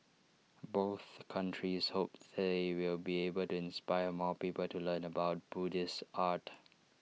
both countries hope they will be able to inspire more people to learn about Buddhist art